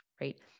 right